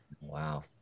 Wow